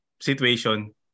situation